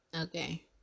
Okay